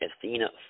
Athena